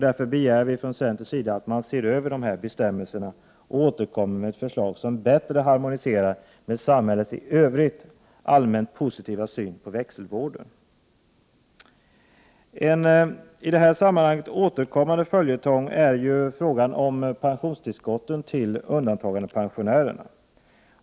Därför begär vi från centerns sida att man ser över bestämmelserna och återkommer med ett förslag som bättre harmoniserar med samhällets i övrigt allmänt positiva syn på växelvården. En följetong i sammanhanget är frågan om pensionstillskottet till undantagandepensionärer.